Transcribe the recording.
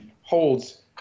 holds